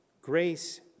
grace